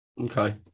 Okay